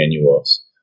annuals